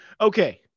Okay